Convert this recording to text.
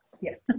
yes